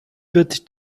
wird